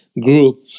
group